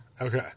Okay